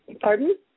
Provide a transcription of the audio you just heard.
Pardon